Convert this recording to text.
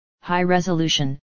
high-resolution